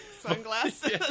sunglasses